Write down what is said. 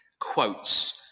quotes